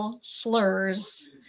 slurs